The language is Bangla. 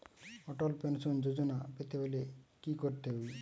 অটল পেনশন যোজনা পেতে হলে কি করতে হবে?